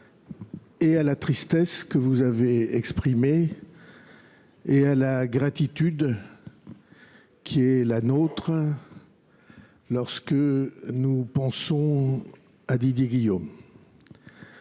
à la tristesse que vous avez exprimée et à la gratitude qui est la nôtre lorsque nous pensons à Didier Guillaume.